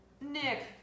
Nick